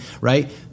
right